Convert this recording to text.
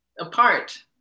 apart